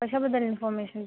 कशाबद्दल इन्फॉर्मेशन